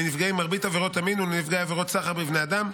לנפגעי מרבית עבירות המין ולנפגעי עבירות סחר בבני אדם,